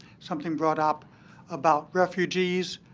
something brought up about refugees,